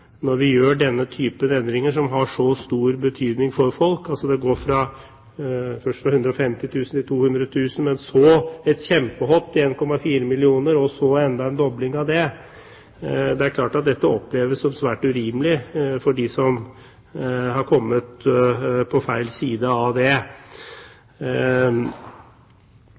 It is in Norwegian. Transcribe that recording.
Når vi gjør denne typen endringer som har så stor betydning for folk, der beløpet først går fra 150 000 kr til 200 000 kr, men så et kjempehopp til 1,4 mill kr og så enda en dobling av det, er det klart at dette oppleves som svært urimelig for dem som har kommet på feil side. Det